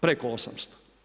Preko 800.